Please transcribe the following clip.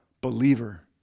believer